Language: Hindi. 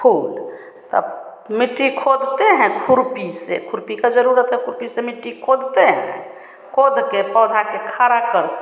फूल तब मिट्टी खोदते हैं खुरपी से खुरपी की ज़रूरत तो खुरपी से मिट्टी खोदते हैं खोदकर पौधा को खड़ा करते हैं